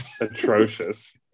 Atrocious